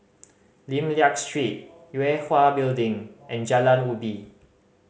Lim Liak Street Yue Hwa Building and Jalan Ubi